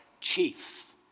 chief